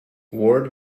ward